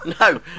No